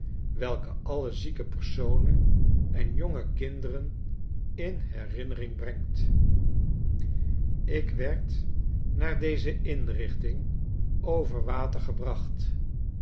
welke alle zieke personen en jonge kinderen in herinnering brengt ik werd naar deze inrichting over water gebracht